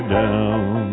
down